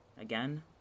Again